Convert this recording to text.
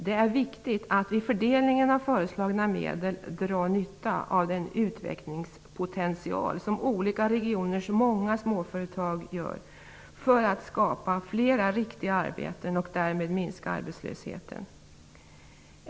Det är viktigt att man vid fördelningen av föreslagna medel drar nytta av den utvecklingspotential som olika regioners många småföretag gör för att skapa flera riktiga arbeten och därmed minska arbetslösheten.